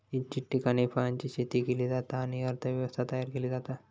इच्छित ठिकाणी फळांची शेती केली जाता आणि अर्थ व्यवस्था तयार केली जाता